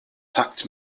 pact